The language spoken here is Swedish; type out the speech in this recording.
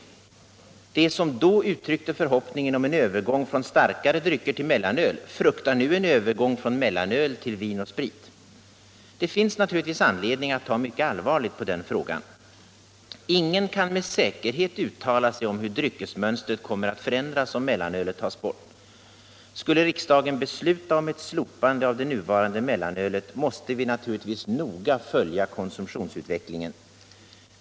De som då uttryckte förhoppningen om en övergång från starkare drycker till mellanöl fruktar nu övergång från mellanöl till vin och sprit. Det finns naturligtvis anledning att ta mycket allvarligt på den frågan. Ingen kan med säkerhet uttala sig om hur dryckesmönstret kommer att förändras om mellanölet tas bort. Skulle riksdagen besluta slopa det nuvarande mellanölet måste vi naturligtvis noga följa konsumtionsutvecklingen.